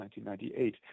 1998